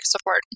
support